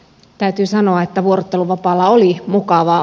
täytyy sanoa että vuorotteluvapaalla oli mukavaa